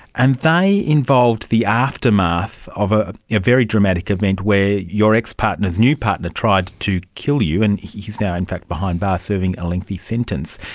and they involved the aftermath of a very dramatic event where your ex-partner's new partner tried to kill you, and he is now in fact behind bars serving a lengthy sentence.